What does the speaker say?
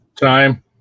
Time